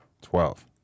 Twelve